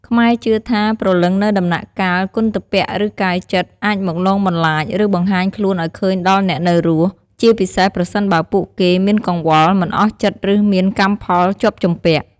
ខ្មែរជឿថា ព្រលឹងនៅដំណាក់កាល គន្ធព្វឬកាយចិត្ត អាចមកលងបន្លាច ឬបង្ហាញខ្លួនឱ្យឃើញដល់អ្នកនៅរស់ ជាពិសេសប្រសិនបើពួកគេមានកង្វល់ មិនអស់ចិត្តឬមានកម្មផលជាប់ជំពាក់។